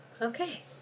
Okay